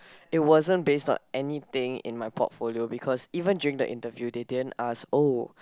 it wasn't based on anything in my portfolio because even during the interview they didn't ask oh